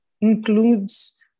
includes